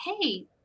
hey